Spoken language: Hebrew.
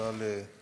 תודה על השאילתה.